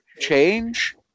change